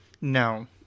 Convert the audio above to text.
No